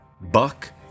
Buck